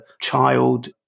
child